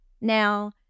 Now